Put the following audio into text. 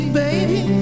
baby